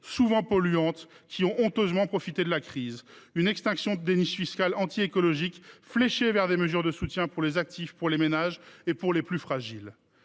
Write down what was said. souvent polluantes – qui ont honteusement profité de la crise. Nous pourrions aussi prévoir une extinction des niches fiscales anti écologiques fléchée vers des mesures de soutien pour les actifs, pour les ménages et pour les plus fragiles.